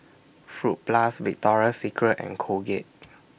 Fruit Plus Victoria Secret and Colgate